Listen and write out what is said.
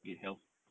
E help